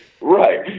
right